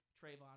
Trayvon